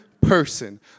person